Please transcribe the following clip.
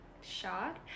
shocked